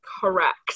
correct